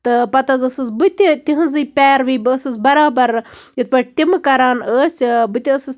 تہٕ پَتہٕ حظ ٲسٕس بہٕ تہِ تِہنٛزٕے پیروی بہٕ ٲسٕس برابر یِتھ پٲٹھۍ تِم کران ٲسۍ بہٕ تہِ ٲسٕس